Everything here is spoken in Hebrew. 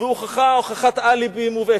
הוכחה הוכחת אליבי מובהקת.